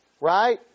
Right